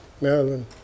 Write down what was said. Maryland